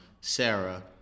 Sarah